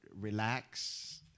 relax